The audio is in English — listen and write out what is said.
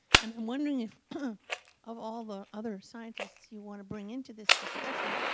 and i'm wondering if ah of all the other scientists you want to bring into this discussion,